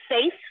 safe